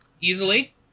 easily